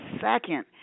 second